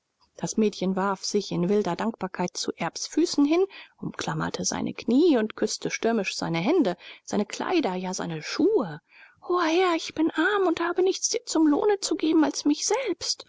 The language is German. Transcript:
das mädchen warf sich in wilder dankbarkeit zu erbs füßen hin umklammerte seine knie und küßte stürmisch seine hände seine kleidung ja seine schuhe hoher herr ich bin arm und habe nichts dir zum lohne zu geben als mich selbst